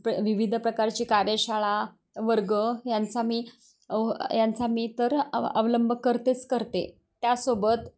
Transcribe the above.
प्र विविध प्रकारची कार्यशाळा वर्ग यांचा मी यांचा मी तर अवलंब करतेच करते त्यासोबत